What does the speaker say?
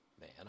man